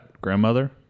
grandmother